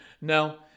No